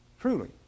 Truly